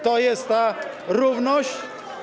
To jest ta równość?